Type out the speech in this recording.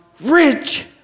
rich